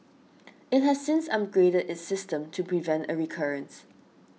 it has since upgraded its system to prevent a recurrence